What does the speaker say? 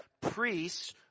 priests